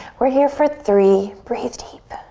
we're here for three, breathe deep.